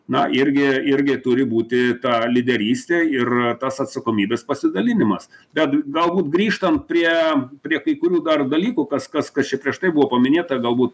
na irgi irgi turi būti ta lyderystė ir tas atsakomybės pasidalinimas bet galbūt grįžtam prie prie kai kurių dar dalykų kas kas kas čia prieš tai buvo paminėta gal būt